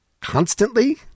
constantly